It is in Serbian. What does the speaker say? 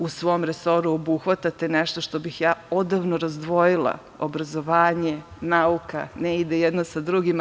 U svom resoru obuhvatate nešto što bih ja odavno razdvojila, obrazovanje, nauka ne ide jedno sa drugim.